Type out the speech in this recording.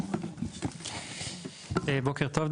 בוקר טוב.